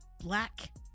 black